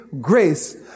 grace